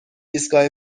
ایستگاه